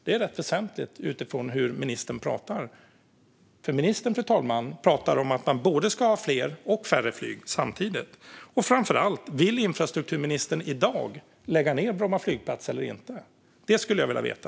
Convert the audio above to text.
Det är rätt väsentligt utifrån hur ministern pratar, för ministern pratar om att man ska ha både fler och färre flyg samtidigt. Och framför allt, vill infrastrukturministern i dag lägga ned Bromma flygplats eller inte? Det skulle jag vilja veta.